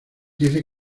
dice